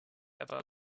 ever